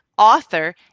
author